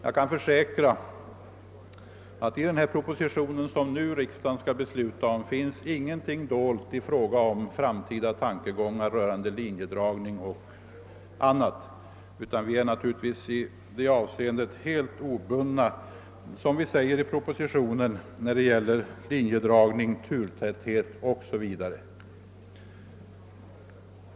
Jag kan försäkra att i den proposition som riksdagen nu skall fatta beslut om ingenting finns dolt rörande framtida tankegångar om linjedragning etc. Vi är naturligtvis helt obundna, som vi säger i propositionen, när det gäller linjedragning, turtäthet osv.